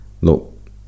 look